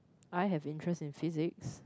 I have interest in physics